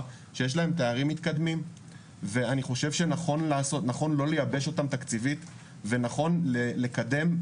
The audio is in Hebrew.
שיש להם תארים מתקדמים ואני חושב שנכון לא לייבש אותם תקציבית ונכון לקדם,